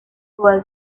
was